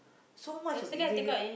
so much of ingredient